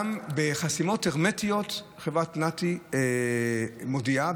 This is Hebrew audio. גם בחסימות הרמטיות חברת נת"י מודיעה,